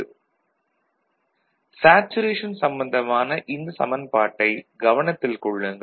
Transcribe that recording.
Saturation ID kVGS - VT2 Linear ID k2VGS - VTVDS VDS2 saturation சம்பந்தமான இந்தச் சமன்பாட்டை கவனத்தில் கொள்ளுங்கள்